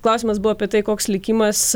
klausimas buvo apie tai koks likimas